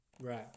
Right